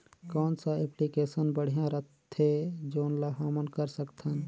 कौन सा एप्लिकेशन बढ़िया रथे जोन ल हमन कर सकथन?